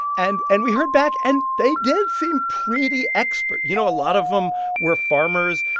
and and we heard back. and they did seem pretty expert. you know, a lot of them were farmers.